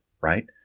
right